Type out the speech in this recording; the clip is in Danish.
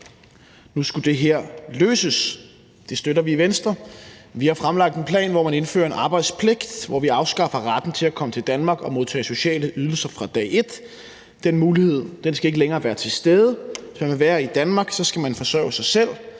nu skulle det her løses. Det støtter vi i Venstre, og vi har fremlagt en plan, hvor man indfører en arbejdspligt, hvor vi afskaffer retten til at komme til Danmark og modtage sociale ydelser fra dag et. Den mulighed skal ikke længere være til stede. Skal man være i Danmark, skal man forsørge sig selv,